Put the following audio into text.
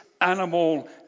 animal